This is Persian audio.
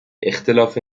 اختلاف